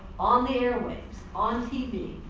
on the airwaves, on tv,